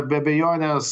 be abejonės